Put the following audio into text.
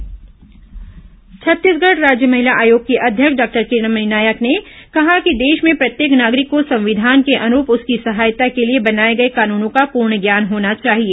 विधिक सहायता कार्यशाला छत्तीसगढ़ राज्य महिला आयोग की अध्यक्ष डॉक्टर किरणमयी नायक ने कहा है कि देश में प्रत्येक नागरिक को संविधान के अनुरूप उसकी सहायता के लिए बनाए गए कानूनों का पूर्ण ज्ञान होना चाहिए